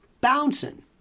bouncing